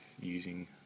using